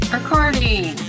Recording